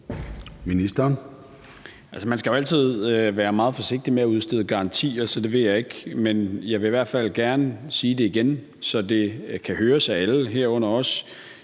man skal jo altid være meget forsigtig med at udstede garantier, så det vil jeg ikke gøre. Men jeg vil i hvert fald gerne sige det igen, så det kan høres af alle, herunder også